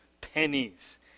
pennies